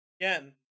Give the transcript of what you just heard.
Again